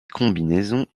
combinaisons